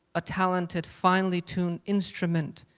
a talented finely tuned instrument